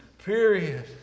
Period